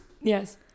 Yes